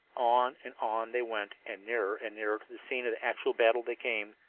on and on they went, and nearer and nearer to the scene of actual battle they came.